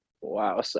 Wow